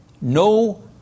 no